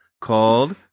called